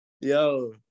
yo